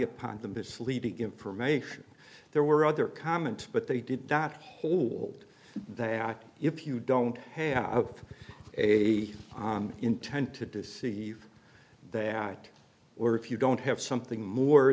upon the misleading information there were other comment but they did not hold that if you don't have a intent to deceive that or if you don't have something more